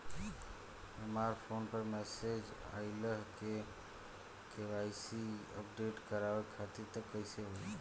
हमरा फोन पर मैसेज आइलह के.वाइ.सी अपडेट करवावे खातिर त कइसे होई?